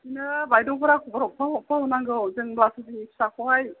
बिदिनो बायद'फोरा खबर हरफा हरफा हरनांगौ जों गावसिनि फिसाखौहाय